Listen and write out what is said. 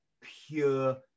pure